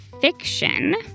fiction